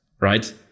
right